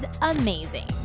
amazing